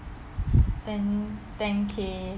ten ten K